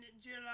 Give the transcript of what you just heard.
July